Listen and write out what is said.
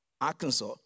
Arkansas